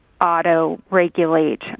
auto-regulate